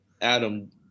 Adam